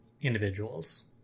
individuals